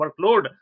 workload